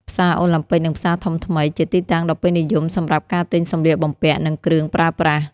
ផ្សារអូឡាំពិក និងផ្សារធំថ្មី ជាទីតាំងដ៏ពេញនិយមសម្រាប់ការទិញសម្លៀកបំពាក់ និងគ្រឿងប្រើប្រាស់។